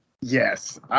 Yes